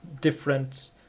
different